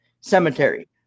Cemetery